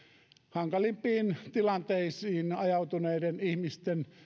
hankalimpiin tilanteisiin ajautuneiden ihmisten